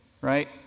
Right